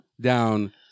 down